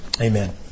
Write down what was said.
Amen